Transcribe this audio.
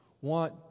want